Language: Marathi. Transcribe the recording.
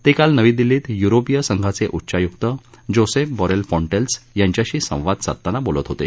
ते काल नवी दिल्लीत युरोपीय संघाचे उच्चायुक्त जोसेप बॉरेल फॉन्टेल्स यांच्याशी संवाद साधताना बोलत होते